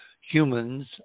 humans